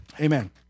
Amen